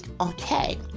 okay